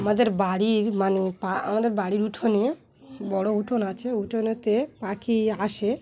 আমাদের বাড়ির মানে পা আমাদের বাড়ির উঠোনে বড়ো উঠোন আছে উঠোনেতে পাখি আসে